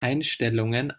einstellungen